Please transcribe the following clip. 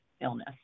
illness